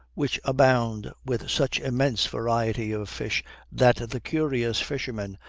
which abound with such immense variety of fish that the curious fisherman,